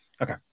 Okay